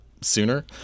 sooner